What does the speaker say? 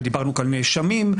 ודיברנו על נאשמים,